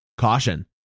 Caution